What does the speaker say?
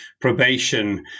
probation